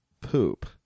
poop